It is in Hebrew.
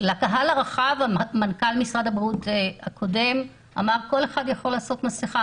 לקהל הרחב מנכ"ל משרד הבריאות הקודם אמר שכל אחד יכול לעשות מסכה,